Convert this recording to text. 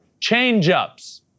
Changeups